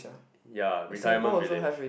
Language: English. ya retirement village